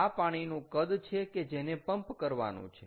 આ પાણીનું કદ છે કે જેને પંપ કરવાનું છે